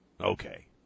Okay